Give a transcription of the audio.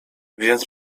więc